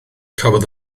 cafodd